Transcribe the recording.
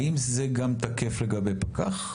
האם זה גם תקף לגבי פקח?